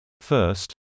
First